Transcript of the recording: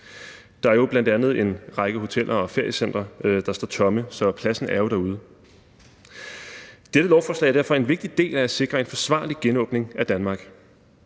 Der er bl.a. en række hoteller og feriecentre, der står tomme, så pladsen er jo derude. Dette lovforslag er derfor en vigtig del af at sikre en forsvarlig genåbning af Danmark.